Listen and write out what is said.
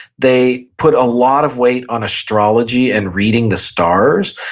they put a lot of weight on astrology and reading the stars.